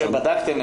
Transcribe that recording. כשבדקתם,